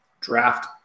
draft